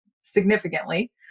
significantly